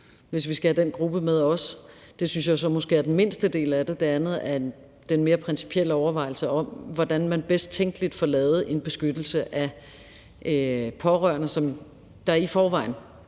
hvis vi skal have den gruppe med. Det synes jeg så måske er den mindste del af det. Det andet er den mere principielle overvejelse om, hvordan man på den bedst tænkelige måde får lavet en beskyttelse af pårørende, der i forvejen